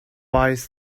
bites